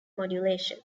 modulation